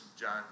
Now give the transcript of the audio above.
John